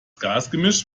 gasgemisch